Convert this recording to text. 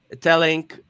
telling